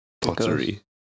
pottery